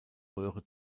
röhre